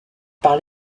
par